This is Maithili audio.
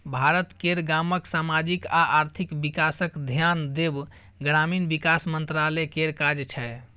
भारत केर गामक समाजिक आ आर्थिक बिकासक धेआन देब ग्रामीण बिकास मंत्रालय केर काज छै